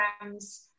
programs